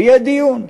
ויהיה דיון.